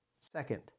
Second